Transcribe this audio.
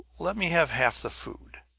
let me have half the food!